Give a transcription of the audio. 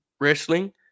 wrestling